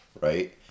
Right